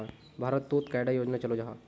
भारत तोत कैडा योजना चलो जाहा?